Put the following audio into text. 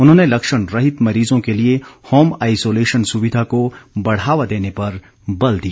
उन्होंने लक्षण रहित मरीजों के लिए होम आइसोलेशन सुविधा को बढ़ावा देने पर बल दिया